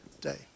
day